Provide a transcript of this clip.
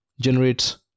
generates